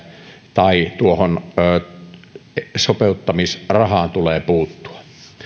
tai sopeuttamisrahaan tulee puuttua